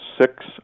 six